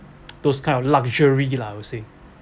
those kind of luxury lah I would say